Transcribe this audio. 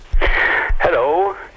Hello